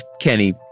Kenny